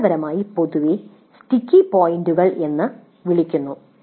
അടിസ്ഥാനപരമായി പൊതുവെ സ്റ്റിക്കി പോയിന്റുകൾ എന്ന് വിളിക്കുന്നു